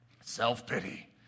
Self-pity